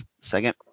Second